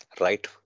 right